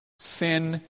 Sin